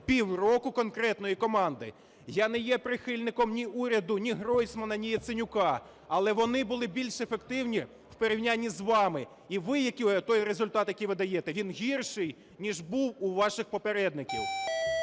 півроку конкретної команди. Я не є прихильником ні уряду ні Гройсмана, ні Яценюка, але вони були більш ефективні в порівнянні з вами, і ви той результат, який видаєте, він гірший, ніж був у ваших попередників.